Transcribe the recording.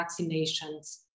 vaccinations